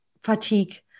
fatigue